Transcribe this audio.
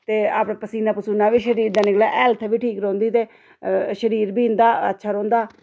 ते अपना पसीना पुसीना बी शरीर दा निकलै हेल्थ बी ठीक रौंह्दी ते शरीर बी इन्दा अच्छा रौंह्दा